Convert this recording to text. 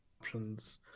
options